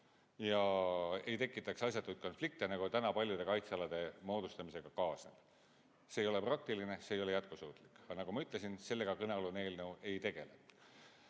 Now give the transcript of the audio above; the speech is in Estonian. ja ei tekitaks asjatuid konflikte, nagu täna paljude kaitsealade moodustamisega kaasneb. See ei ole praktiline, see ei ole jätkusuutlik, aga nagu ma ütlesin, sellega kõnealune eelnõu ei tegele.